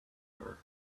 her